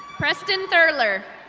preston thurler.